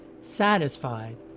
satisfied